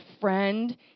friend